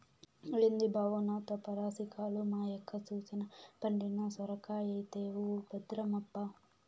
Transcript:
ఏంది బావో నాతో పరాసికాలు, మా యక్క సూసెనా పండిన సొరకాయైతవు భద్రమప్పా